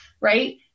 right